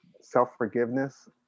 self-forgiveness